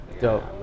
Dope